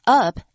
up